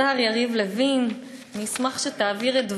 השר יריב לוין, אני אשמח אם תעביר את דברי.